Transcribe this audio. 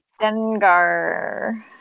Dengar